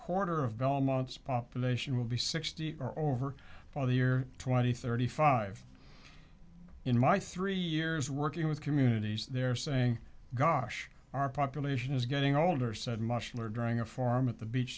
quarter of belmont's population will be sixty or over by the year twenty thirty five in my three years working with communities they're saying gosh our population is getting older said mushroom during a forum at the beach